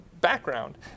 background